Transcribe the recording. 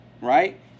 right